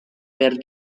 per